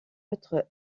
autre